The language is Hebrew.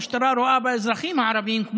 המשטרה רואה באזרחים הערבים אויבים,